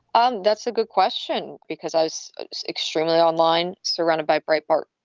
um that's a good question because i was extremely online, surrounded by bright part,